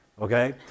okay